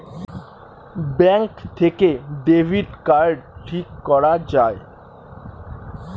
bank থেকে debit card ঠিক করা যায়